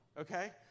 okay